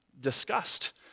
discussed